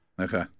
Okay